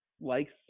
likes